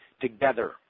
together